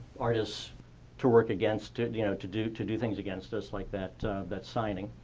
artists to work against you know, to do to do things against us like that that signing.